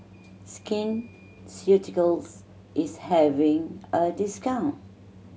Skin Ceuticals is having a discount